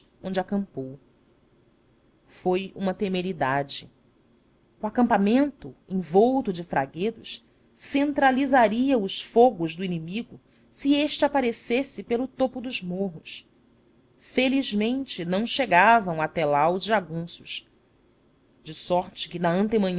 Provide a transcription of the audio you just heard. onde acampou foi uma temeridade o acampamento envolto de fraguedos centralizaria os fogos do inimigo se este aparecesse pelo topo dos morros felizmente não chegavam até lá os jagunços de sorte que na